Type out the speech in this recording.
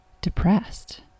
depressed